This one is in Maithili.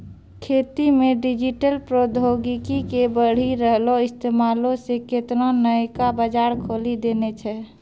खेती मे डिजिटल प्रौद्योगिकी के बढ़ि रहलो इस्तेमालो से केतना नयका बजार खोलि देने छै